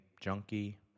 Junkie